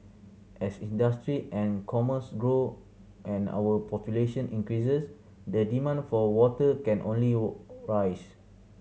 as industry and commerce grow and our population increases the demand for water can only or rise